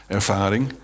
ervaring